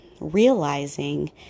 realizing